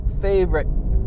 favorite